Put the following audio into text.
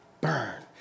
Burn